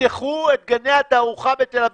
תפתחו את גני התערוכה בתל-אביב.